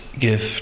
gift